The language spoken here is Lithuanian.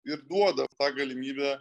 ir duoda tą galimybę